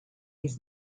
his